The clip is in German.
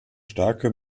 starke